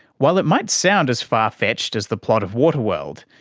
while it might sound as far-fetched as the plot of waterworld,